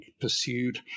pursued